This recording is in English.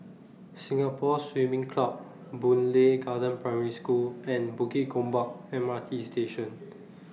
Singapore Swimming Club Boon Lay Garden Primary School and Bukit Gombak M R T Station